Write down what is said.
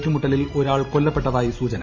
ഏറ്റുമുട്ടലിൽ ഒരാൾ ക്യൊല്ല്പ്പെട്ടതായി സൂചന